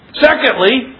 Secondly